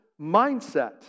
mindset